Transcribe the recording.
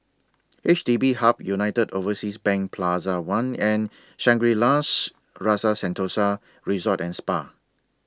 H D B Hub United Overseas Bank Plaza one and Shangri La's Rasa Sentosa Resort and Spa